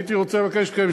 הייתי רוצה לבקש מכם,